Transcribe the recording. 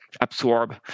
absorb